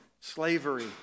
slavery